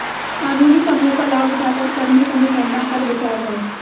कानूनी कमियों का लाभ उठाकर कर में कमी करना कर बचाव है